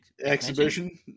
exhibition